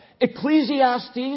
Ecclesiastes